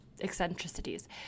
eccentricities